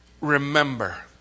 remember